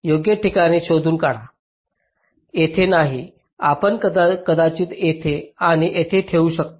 योग्य ठिकाणी शोधून काढा येथे नाही आपण कदाचित येथे आणि येथे ठेवू शकता